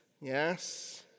Yes